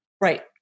Right